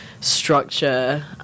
structure